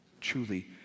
Truly